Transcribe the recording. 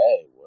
hey